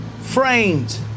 framed